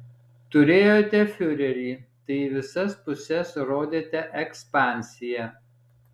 turėjote fiurerį tai į visas puses rodėte ekspansiją